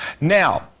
Now